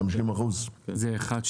50%. זה אחד,